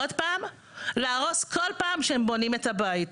אז להרוס כל פעם שהם בונים את הבית,